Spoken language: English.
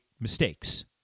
mistakes